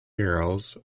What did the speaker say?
murals